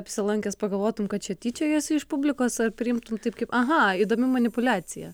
apsilankęs pagalvotum kad čia tyčiojasi iš publikos ar priimtų taip kaip aha įdomi manipuliacija